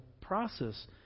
process